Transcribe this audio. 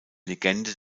legende